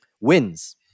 wins